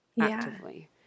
actively